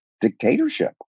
dictatorship